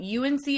UNC